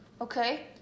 Okay